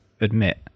admit